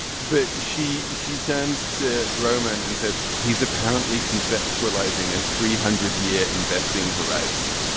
but she. she turns to roman and says he's apparently conceptualizing a three hundred year investing horizon.